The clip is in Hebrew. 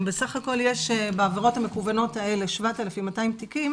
אם בסך הכול יש בעבירות המקוונות האלה 7,200 תיקים